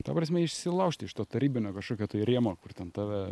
ta prasme išsilaužt iš to tarybinio kažkokio tai rėmo kur ten tave